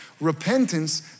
Repentance